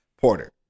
Porter